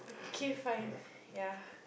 K fine ya